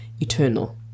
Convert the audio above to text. eternal